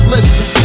Listen